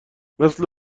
مثل